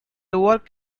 work